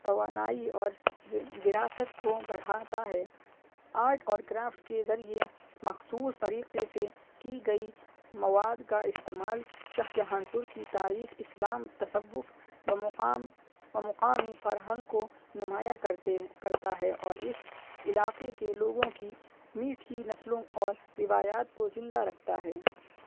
توانائی اور ورا وراثت کو بڑھاتا ہے آرٹ اور کرافٹ کے ذریعے مخصوص طریقے سے کی گئی مواد کا استعمال شاہ جہان پور کی تاریخ اسلام تصوف بمقام و مقامی فرہنگ کو نمایاں کرتے کرتا ہے اور اس علاقے کے لوگوں کی میٹھی نسلوں اور روایات کو زندہ رکھتا ہے